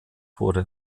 wurde